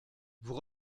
vous